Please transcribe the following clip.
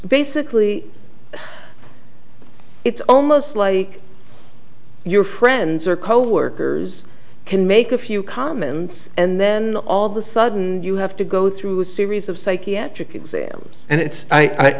basically it's almost like your friends or coworkers can make a few comments and then all of the sudden you have to go through a series of psychiatric and it's i